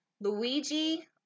Luigi